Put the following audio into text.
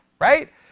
Right